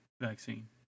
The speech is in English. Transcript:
vaccine